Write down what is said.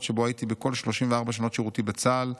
שבו הייתי בכל 34 שנות שירותי בצה"ל,